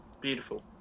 Beautiful